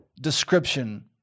description